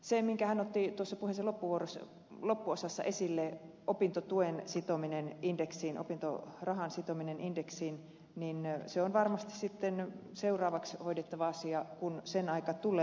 se minkä hän otti puheensa loppuosassa esille opintotuen sitominen indeksiin opintorahan sitominen indeksiin on varmasti seuraavaksi hoidettava asia kun sen aika tulee